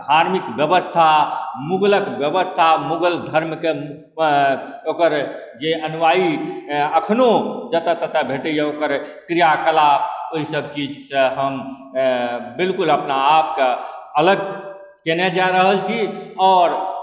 धार्मिक बेबस्था मुगलक बेबस्था मुगल धर्मके ओकर जे अनुआइ एखनहु जतऽ ततऽ भेटैए ओकर क्रियाकलाप ओहिसब चीजसँ हम बिल्कुल अपना आपके अलग कएने जा रहल छी आओर